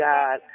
God